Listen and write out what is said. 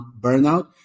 burnout